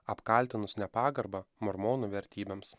apkaltinus nepagarba mormonų vertybėms